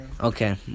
okay